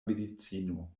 medicino